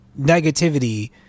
negativity